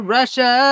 Russia